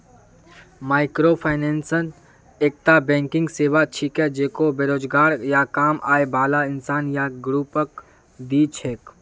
microfinance एकता banking सेवा छिके जेको बेरोजगार या कम आय बाला इंसान या ग्रुपक दी छेक